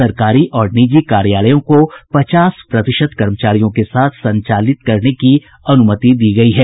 सरकारी और निजी कार्यालयों को पचास प्रतिशत कर्मचारियों के साथ संचालित करने की अनुमति दी गयी है